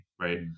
right